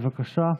בבקשה,